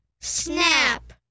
snap